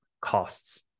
costs